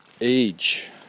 age